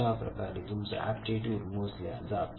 अशाप्रकारे तुमचा एप्टीट्यूड मोजल्या जातो